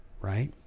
right